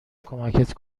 کمک